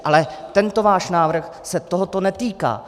Ale tento váš návrh se tohoto netýká.